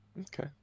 Okay